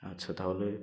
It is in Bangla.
আচ্ছা তাহলে